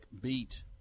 beat